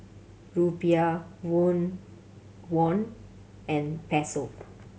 Rupiah Won and Peso